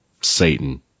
Satan